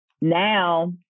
Now